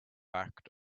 act